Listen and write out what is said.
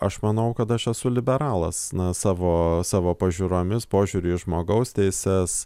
aš manau kad aš esu liberalas na savo savo pažiūromis požiūriu į žmogaus teises